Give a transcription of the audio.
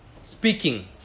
speaking